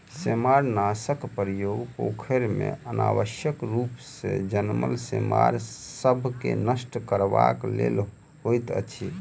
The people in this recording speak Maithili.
सेमारनाशकक प्रयोग पोखैर मे अनावश्यक रूप सॅ जनमल सेमार सभ के नष्ट करबाक लेल होइत अछि